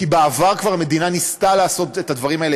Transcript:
כי בעבר המדינה כבר ניסתה לעשות את הדברים האלה